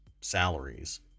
salaries